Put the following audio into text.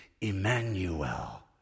Emmanuel